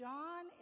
John